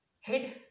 head